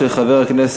הצעה לסדר-היום